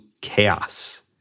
chaos